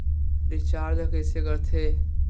Recharge कइसे कर थे?